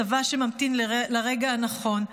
צבא שממתין לרגע הנכון,